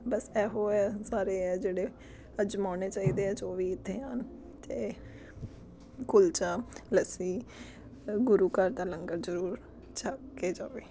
ਬਸ ਇਹੋ ਆ ਸਾਰੇ ਆ ਜਿਹੜੇ ਅਜ਼ਮਾਉਣੇ ਚਾਹੀਦੇ ਆ ਜੋ ਵੀ ਇੱਥੇ ਆਉਣ ਤਾਂ ਕੁਲਚਾ ਲੱਸੀ ਗੁਰੂ ਘਰ ਦਾ ਲੰਗਰ ਜ਼ਰੂਰ ਛਕ ਕੇ ਜਾਵੇ